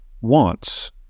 wants